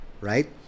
right